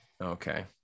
Okay